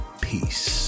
peace